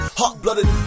hot-blooded